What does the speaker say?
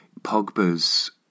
Pogba's